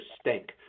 stink